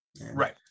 Right